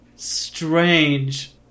strange